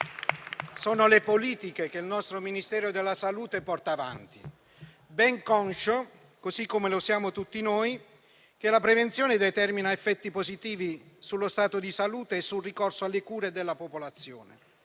le politiche che il nostro Ministero della salute porta avanti ben conscio, così come lo siamo tutti noi, che la prevenzione determina effetti positivi sullo stato di salute e sul ricorso alle cure della popolazione,